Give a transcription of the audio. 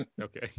Okay